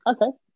Okay